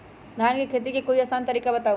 धान के खेती के कोई आसान तरिका बताउ?